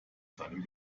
seinem